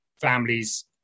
families